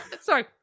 Sorry